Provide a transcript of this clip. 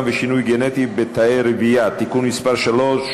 ושינוי גנטי בתאי רבייה) (תיקון מס' 3),